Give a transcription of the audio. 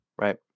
right